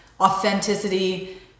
authenticity